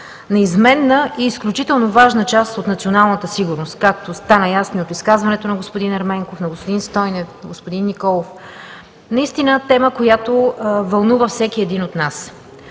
неизменна и изключително важна част от националната сигурност, както стана ясно и от изказването на господин Ерменков, на господин Стойнев, на господин Николов – наистина тема, която вълнува всеки един от нас.